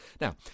Now